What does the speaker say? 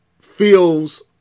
feels